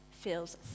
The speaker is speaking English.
feels